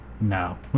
No